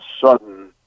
sudden